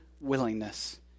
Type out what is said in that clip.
willingness